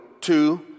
two